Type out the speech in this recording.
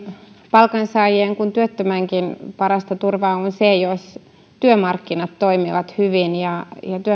palkansaajien kuin työttömänkin parasta turvaa on se että työmarkkinat toimivat hyvin